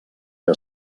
que